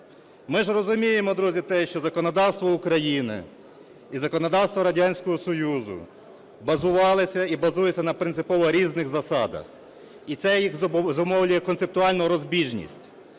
Ми ж розуміємо, друзі, те, що законодавство України і законодавство Радянського Союзу базувалися і базуються на принципово різних засадах і це їх зумовлює концептуальну розбіжність.